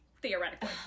theoretically